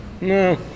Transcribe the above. No